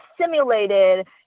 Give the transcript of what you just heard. simulated